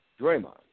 Draymond